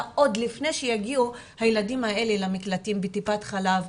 עוד לפני שיגיעו הילדים האלה למקלטים בטיפת חלב.